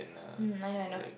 mm I know I know